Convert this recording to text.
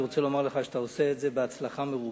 אתה עושה את זה בהצלחה מרובה,